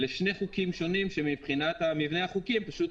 אלה שני חוקים שונים שמבחינת המבנה החוקי הם פשוט